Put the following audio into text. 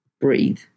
breathe